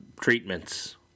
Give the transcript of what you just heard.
treatments